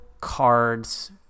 cards